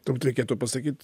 turbūt reikėtų pasakyt